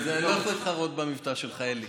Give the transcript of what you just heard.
אני לא יכול להתחרות במבטא שלך, אלי.